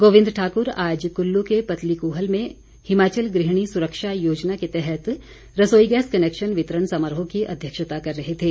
गोविंद ठाकुर आज कुल्लू के पतली कूहल में हिमाचल ग्रहणी सुरक्षा योजना के तहत रसोई गैस कनेकशन वितरण समारोह की अध्यक्षता कर रहे थे